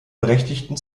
berechtigten